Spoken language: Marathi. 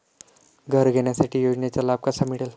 घर घेण्यासाठी योजनेचा लाभ कसा मिळेल?